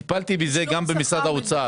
טיפלתי בזה גם במשרד האוצר.